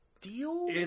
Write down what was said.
deal